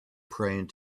praying